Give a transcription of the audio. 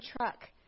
truck